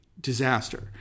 disaster